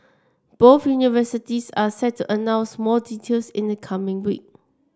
both universities are set to announce more details in the coming week